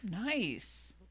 Nice